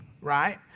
right